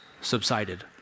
subsided